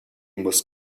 muss